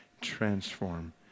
Transform